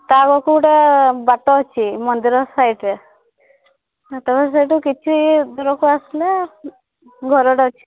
ତା ପାଖକୁ ଗୋଟେ ବାଟ ଅଛି ମନ୍ଦିର ସାଇଡ଼୍ରେ ତୁମେ ସେଇଠୁ କିଛି ଦୂରକୁ ଆସିଲେ ଘରଟା ଅଛି